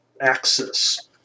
axis